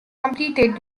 completed